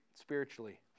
spiritually